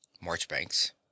Marchbanks